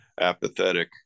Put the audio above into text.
apathetic